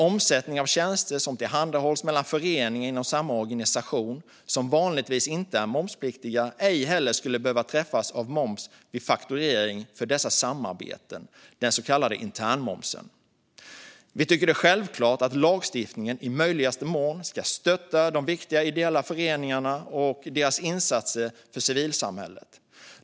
Omsättning av tjänster som tillhandahålls mellan föreningar inom samma organisation, som vanligtvis inte är momspliktig, skulle ej heller behöva träffas av moms vid fakturering inom ramen för dessa samarbeten - den så kallade internmomsen. Vi tycker att det är självklart att lagstiftningen i möjligaste mån ska stötta de viktiga ideella föreningarna och deras insatser för civilsamhället.